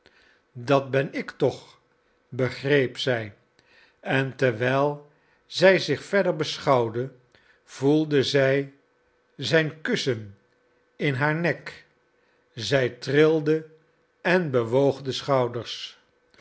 dat ben ik toch begreep zij en terwijl zij zich verder beschouwde voelde zij zijn kussen in haar nek zij trilde en bewoog de schouders